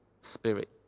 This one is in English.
Spirit